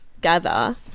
gather